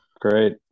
Great